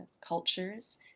cultures